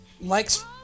likes